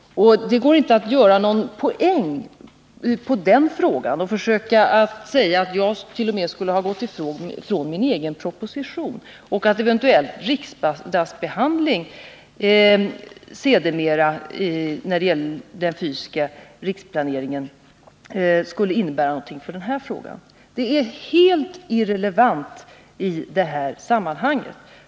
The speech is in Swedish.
Det går inte att ta några poäng genom att säga att jag t.o.m. skulle ha gått ifrån mina egna uttalanden i propositionen och att riksdagens behandling av frågan rörande 97 den fysiska riksplaneringen skulle ha någon inverkan här. Det är helt irrelevant i det här sammanhanget.